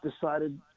decided